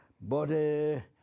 body